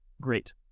great